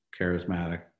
charismatic